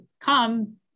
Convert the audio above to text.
come